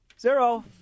Zero